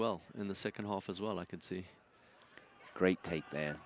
well in the second half as well i could see great take the